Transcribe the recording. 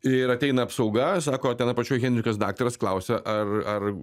ir ateina apsauga sako ten apačioj henrikas daktaras klausia ar ar